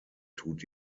tut